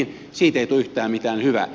siitä ei tule yhtään mitään hyvää